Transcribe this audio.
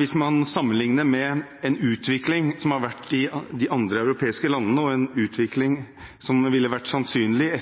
Hvis man sammenligner med en utvikling som har vært i de andre europeiske landene og en utvikling som ville vært sannsynlig